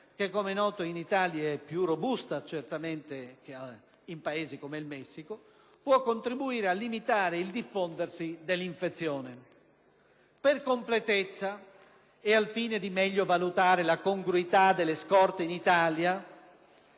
che come è noto in Italia è più robusta che in Paesi come il Messico - può contribuire a limitare il diffondersi dell'infezione. Per completezza e al fine di meglio valutare la congruità delle scorte in Italia,